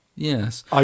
Yes